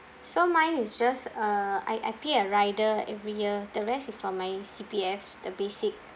so mine is just uh I I pay rider every year the rest is from my C_P_F the basic